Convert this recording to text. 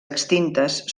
extintes